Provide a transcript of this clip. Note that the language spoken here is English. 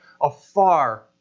afar